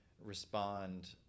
respond